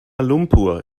lumpur